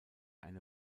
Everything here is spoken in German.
eine